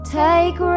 take